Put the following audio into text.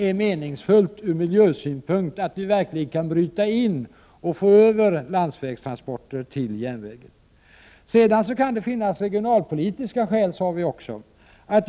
Från miljösynpunkt är det viktigt att SJ kan bryta in och ta över landsvägstransporter till järnvägen. Sedan kan det finnas regionalpolitiska skäl för att göra avsteg från dessa — Prot.